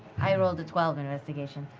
i rolled a twelve investigation.